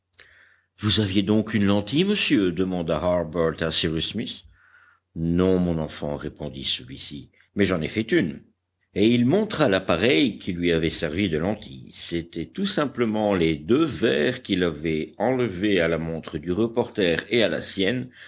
vous aviez donc une lentille monsieur demanda harbert à cyrus smith non mon enfant répondit celui-ci mais j'en ai fait une et il montra l'appareil qui lui avait servi de lentille c'étaient tout simplement les deux verres qu'il avait enlevés à la montre du reporter et à la sienne